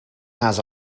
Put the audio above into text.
has